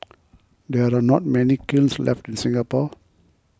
there are not many kilns left in Singapore